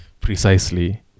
Precisely